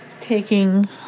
taking